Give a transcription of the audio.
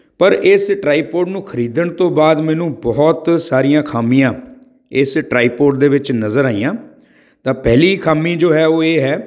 ਪਰ ਇਸ ਟਰਾਈਪੋਡ ਨੂੰ ਖ਼ਰੀਦਣ ਤੋਂ ਬਾਅਦ ਮੈਨੂੰ ਬਹੁਤ ਸਾਰੀਆਂ ਖਾਮੀਆਂ ਇਸ ਟਰਾਈਪੋਡ ਦੇ ਵਿੱਚ ਨਜ਼ਰ ਆਈਆਂ ਤਾਂ ਪਹਿਲੀ ਖਾਮੀ ਜੋ ਹੈ ਉਹ ਇਹ ਹੈ